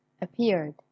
appeared